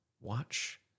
watch